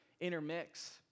intermix